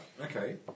okay